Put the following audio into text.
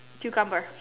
cucumber